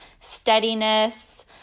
steadiness